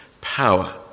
power